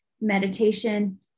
meditation